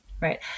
right